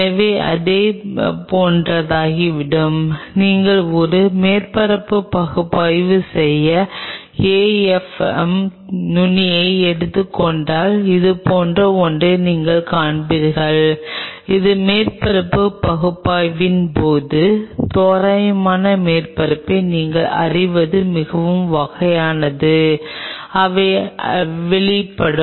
இது ஏதோ இதுபோன்றதாகிவிடும் நீங்கள் ஒரு மேற்பரப்பு பகுப்பாய்வு செய்ய AFM நுனியை எடுத்துக் கொண்டால் இதுபோன்ற ஒன்றை நீங்கள் காண்பீர்கள் இது மேற்பரப்பு பகுப்பாய்வின் போது தோராயமான மேற்பரப்பை நீங்கள் அறிவது மிகவும் வகையானது அவை வெளிப்படும்